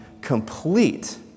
complete